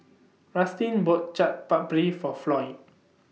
Rustin bought Chaat Papri For Floy